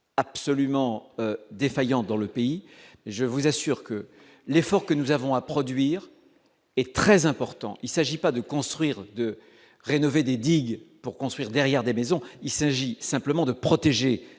absolument défaillant dans le pays, mais je vous assure que l'effort que nous avons à produire et très important, il s'agit pas de construire et de rénover des digues pour construire derrière des maisons, il s'agit simplement de protéger